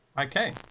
Okay